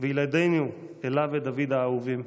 וילדינו אלה ודוד האהובים.